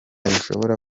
rishobora